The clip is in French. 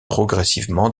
progressivement